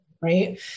right